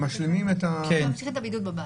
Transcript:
משלימים את ה --- משלימים את הבידוד בבית.